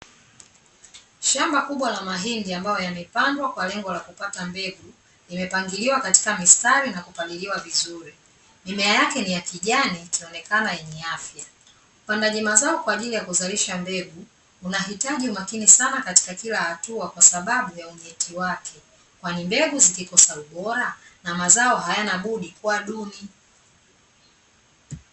Shamba kubwa la mahindi ambayo yamepandwa kwa lengo la kupata mbegu, imepangiliwa katika mstari na kupaliliwa vizuri. Mimea yake ni ya kijani, ikionekana yenye afya. Upandaji mazao kwa ajili ya kuzalisha mbegu, unahitaji umakini sana katika kila hatua, kwa sababu ya unyeti wake, kwani mbegu zikikosa ubora na mazao hayana budi kuwa duni.